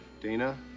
Dana